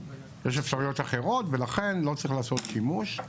יש אפשרויות אחרות ולכן לא צריך לעשות שימוש.